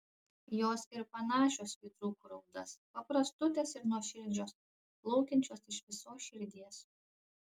jos ir panašios į dzūkų raudas paprastutės ir nuoširdžios plaukiančios iš visos širdies